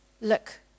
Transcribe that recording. look